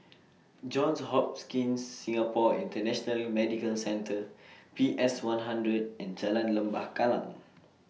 Johns Hopkins Singapore International Medical Centre P S one hundred and Jalan Lembah Kallang